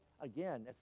again